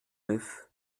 neuf